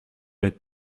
les